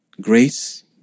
Grace